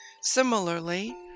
Similarly